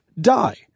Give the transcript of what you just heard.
die